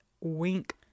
Wink